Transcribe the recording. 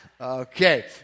Okay